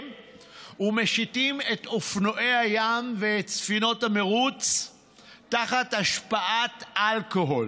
ומשיטים את אופנועי הים ואת ספינות המרוץ תחת השפעת אלכוהול.